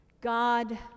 God